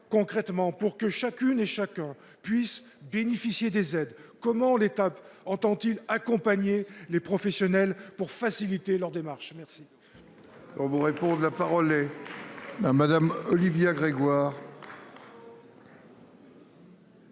concrètement pour que chacune et chacun puisse bénéficier des aides. Comment l'État entend-il accompagner les professionnels pour faciliter leurs démarches. Merci.